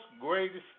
greatest